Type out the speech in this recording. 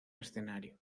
escenario